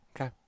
Okay